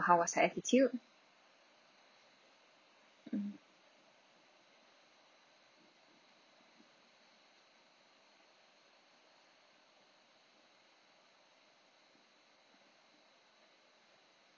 how was her attitude mm